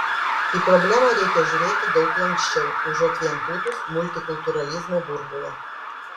į problemą reikia žiūrėti daug lanksčiau užuot vien pūtus multikultūralizmo burbulą